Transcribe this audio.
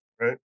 Right